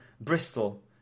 Bristol